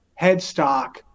headstock